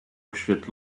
oświet